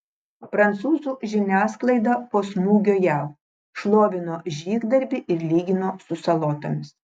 prancūzų žiniasklaida po smūgio jav šlovino žygdarbį ir lygino su salotomis